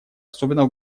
особенно